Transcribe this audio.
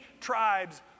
tribes